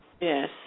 Yes